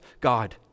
God